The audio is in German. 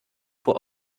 vor